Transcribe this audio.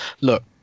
look